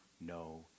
no